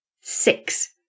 six